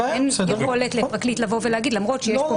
אין יכולת לפרקליט לבוא ולהגיד: למרות שיש פה